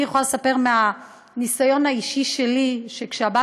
אני יכולה לספר מהניסיון האישי שלי שכשהבת